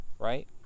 Right